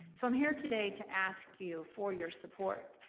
so i'm here today to ask you for your support.